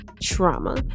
trauma